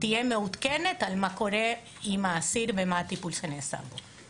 תהיה מעודכנת מה קורה עם האסיר ומה הטיפול שנעשה בו.